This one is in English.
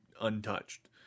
untouched